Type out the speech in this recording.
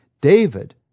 David